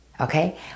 okay